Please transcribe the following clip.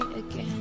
again